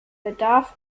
bedarf